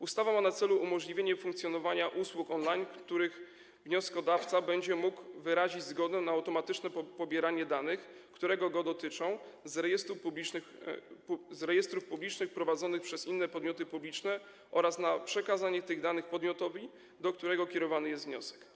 Ustawa ma na celu umożliwienie funkcjonowania usług on-line, w przypadku których wnioskodawca będzie mógł wyrazić zgodę na automatyczne pobieranie danych, które go dotyczą, z rejestrów publicznych prowadzonych przez inne podmioty publiczne oraz na przekazanie tych danych podmiotowi, do którego kierowany jest wniosek.